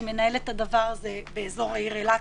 שמנהל את הדבר הזה באזור העיר אילת,